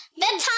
Bedtime